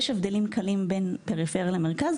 יש הבדלים קלים בין פריפריה למרכז,